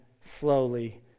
slowly